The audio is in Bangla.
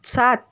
সাত